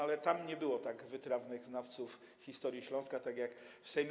Ale tam nie było tak wytrawnych znawców historii Śląska, jak w Sejmie.